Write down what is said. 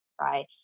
right